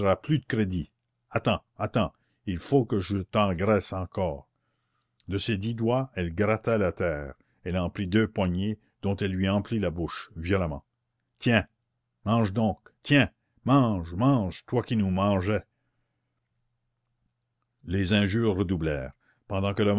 plus crédit attends attends il faut que je t'engraisse encore de ses dix doigts elle grattait la terre elle en prit deux poignées dont elle lui emplit la bouche violemment tiens mange donc tiens mange mange toi qui nous mangeais les injures redoublèrent pendant que le